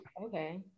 Okay